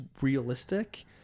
realistic